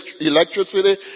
electricity